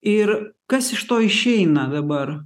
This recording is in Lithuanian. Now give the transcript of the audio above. ir kas iš to išeina dabar